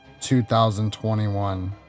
2021